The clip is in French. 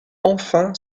enfin